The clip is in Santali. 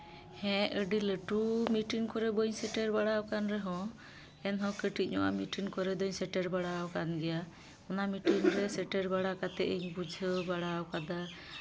ᱦᱮᱸ ᱟᱹᱰᱤ ᱞᱟᱹᱴᱩ ᱢᱤᱴᱤᱱ ᱠᱚᱨᱮ ᱵᱟᱹᱧ ᱥᱮᱴᱮᱨ ᱵᱟᱲᱟᱣ ᱠᱟᱱ ᱨᱮᱦᱚᱸ ᱮᱱᱦᱚᱸ ᱠᱟᱹᱴᱤᱡ ᱧᱚᱜ ᱟᱜ ᱢᱤᱴᱤᱱ ᱠᱚᱨᱮ ᱫᱚᱧ ᱥᱮᱴᱮᱨ ᱵᱟᱲᱟ ᱟᱠᱟᱱ ᱜᱮᱭᱟ ᱚᱱᱟ ᱢᱤᱴᱤᱱ ᱨᱮ ᱥᱮᱴᱮᱨ ᱵᱟᱲᱟ ᱠᱟᱛᱮᱫ ᱤᱧ ᱵᱩᱡᱷᱟᱹᱣ ᱵᱟᱲᱟᱣ ᱠᱟᱫᱟ